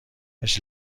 هیچ